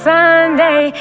Sunday